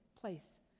place